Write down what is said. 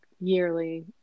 yearly